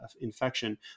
infection